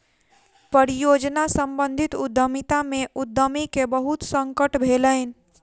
परियोजना सम्बंधित उद्यमिता में उद्यमी के बहुत संकट भेलैन